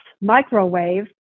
microwave